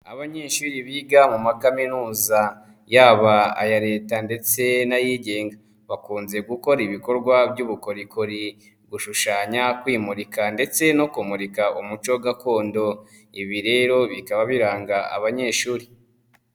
Abanyeshuri biga mu ma kaminuza yaba aya leta ndetse n'ayigenga, bakunze gukora ibikorwa by’ubukorikori, gushushanya, kwimurika ndetse no kumurika umuco gakondo. Ibi rero bikaba biranga abanyeshuri.